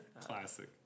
Classic